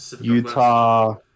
Utah